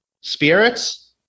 spirits